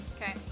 Okay